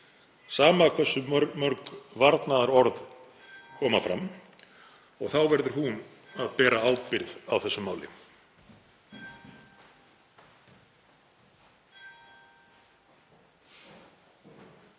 sama hversu mörg varnaðarorð koma fram. Þá verður hún að bera ábyrgð á þessu máli.